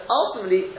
ultimately